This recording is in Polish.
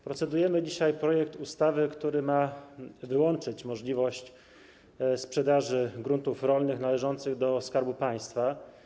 Procedujemy dzisiaj nad projektem ustawy, który ma wyłączyć możliwość sprzedaży gruntów rolnych należących do Skarbu Państwa.